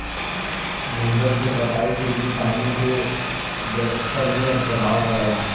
जंगल के कटाई से भी पानी के जलस्तर में प्रभाव पड़ला